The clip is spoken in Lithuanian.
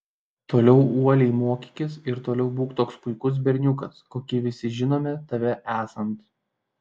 toliau uoliai mokykis ir toliau būk toks puikus berniukas kokį visi žinome tave esant